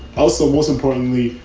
also, most importantly.